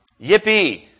Yippee